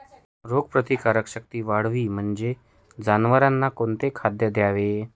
रोगप्रतिकारक शक्ती वाढावी म्हणून जनावरांना कोणते खाद्य द्यावे?